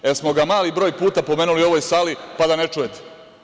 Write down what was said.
Jesmo li ga mali broj puta pomenuli u ovoj sali, pa da ne čujete?